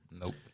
Nope